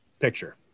picture